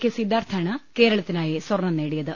K സിദ്ധാർഥാണ് കേരളത്തിനായി സ്വർണം നേടിയത്